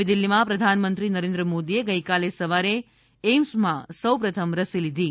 નવી દિલ્હીમાં પ્રધાનમંત્રી નરેન્દ્ર મોદીએ ગઇકાલે સવારે એઇમ્સમાં સૌપ્રથમ રસી લીધી હતી